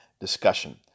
discussion